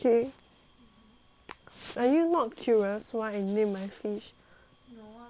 are you not curious why I name my fish